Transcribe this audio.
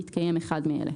בהתקיים אחד מאלה: